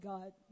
God